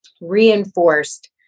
reinforced